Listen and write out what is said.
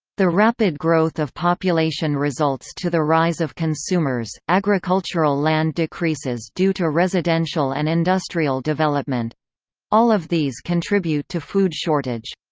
the rapid growth of population results to the rise of consumers agricultural land decreases due to residential and industrial development all of these contribute to food shortage.